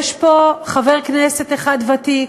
יש פה חבר כנסת אחד ותיק,